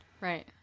Right